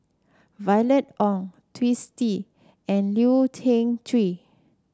Violet Oon Twisstii and Leu Yew Chye